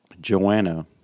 Joanna